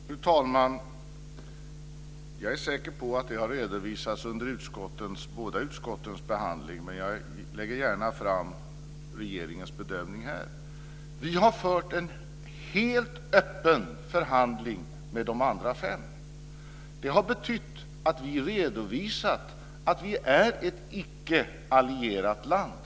Fru talman! Jag är säker på att det har redovisats under båda utskottens behandling. Men jag lägger gärna fram regeringens bedömning här. Vi har fört en helt öppen förhandling med de andra fem länderna. Det har betytt att vi redovisat att Sverige är ett icke allierat land.